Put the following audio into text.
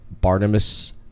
Barnabas